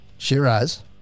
Shiraz